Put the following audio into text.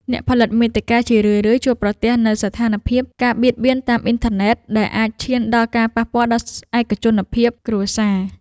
អ្នកផលិតមាតិកាជារឿយៗជួបប្រទះនូវស្ថានភាព ការបៀតបៀនតាមអ៊ីនធឺណិត ដែលអាចឈានដល់ការប៉ះពាល់ដល់ឯកជនភាពគ្រួសារ។